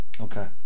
okay